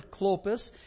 Clopas